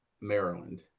Maryland